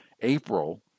April